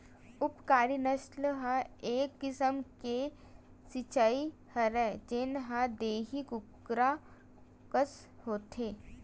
उपकारी नसल ह एक किसम के चिरई हरय जेन ह देसी कुकरा कस होथे